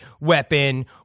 weapon